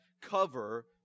cover